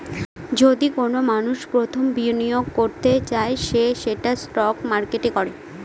যদি কোনো মানষ প্রথম বিনিয়োগ করতে চায় সে সেটা স্টক মার্কেটে করে